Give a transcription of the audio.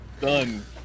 Done